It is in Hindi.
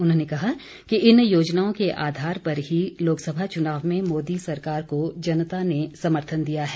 उन्होंने कहा कि इन योजनाओं के आधार पर ही लोकसभा चुनाव में मोदी सरकार को जनता ने समर्थन दिया है